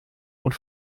und